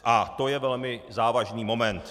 A to je velmi závažný moment.